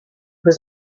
was